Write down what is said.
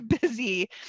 busy